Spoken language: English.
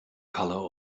color